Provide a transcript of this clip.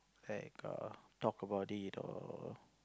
like err talk about it or